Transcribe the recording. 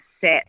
set